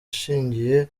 ashingiye